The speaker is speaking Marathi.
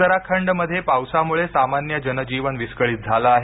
उत्तराखंडमध्ये पावसामुळे सामान्य जनजीवन विस्कळीत झाल आहे